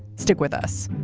stick with us.